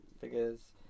figures